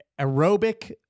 aerobic